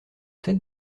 tête